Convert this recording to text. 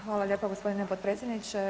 Hvala lijepo gospodine potpredsjedniče.